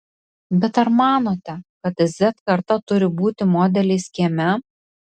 bet ar manote kad z karta turi būti modeliais kieme